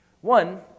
One